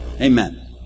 Amen